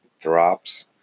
drops